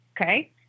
Okay